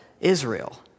Israel